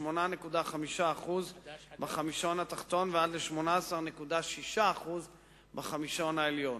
מ-8.5% בחמישון התחתון ועד ל-18.6% בחמישון העליון.